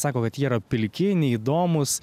sako vat jie yra pilki neįdomūs